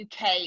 UK